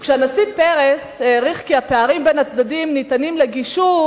וכשהנשיא פרס העריך כי הפערים בין הצדדים ניתנים לגישור,